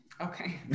Okay